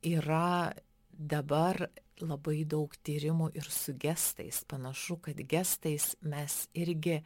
yra dabar labai daug tyrimų ir su gestais panašu kad gestais mes irgi